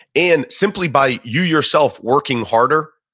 and simply by you yourself working harder,